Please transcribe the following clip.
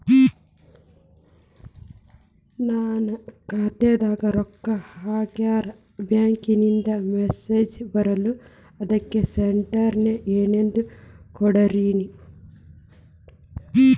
ನನ್ ಖಾತ್ಯಾಗ ರೊಕ್ಕಾ ಹಾಕ್ಯಾರ ಬ್ಯಾಂಕಿಂದ ಮೆಸೇಜ್ ಬರವಲ್ದು ಅದ್ಕ ಸ್ಟೇಟ್ಮೆಂಟ್ ಏನಾದ್ರು ಕೊಡ್ತೇರೆನ್ರಿ?